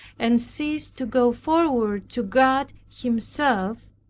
and cease to go forward to god himself,